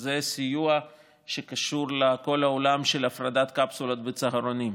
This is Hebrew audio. וזה סיוע שקשור לכל העולם של הפרדת קפסולות בצהרונים.